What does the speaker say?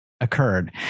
occurred